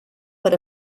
per